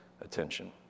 attention